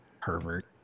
Pervert